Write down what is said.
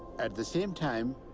at the same time,